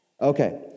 Okay